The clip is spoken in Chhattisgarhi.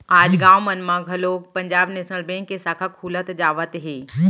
आज गाँव मन म घलोक पंजाब नेसनल बेंक के साखा खुलत जावत हे